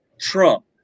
Trump